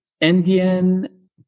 Indian